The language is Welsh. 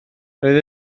roedd